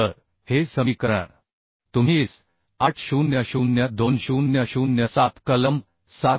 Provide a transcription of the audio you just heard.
तर हे समीकरण तुम्ही IS 800 2007 कलम 7